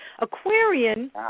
Aquarian